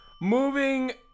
Moving